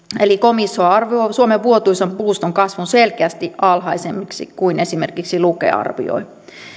eli komissio arvioi suomen vuotuisen puustonkasvun selkeästi alhaisemmiksi kuin esimerkiksi luke arvioi